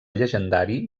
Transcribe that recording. llegendari